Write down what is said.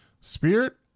Spirit